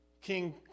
King